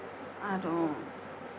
আৰু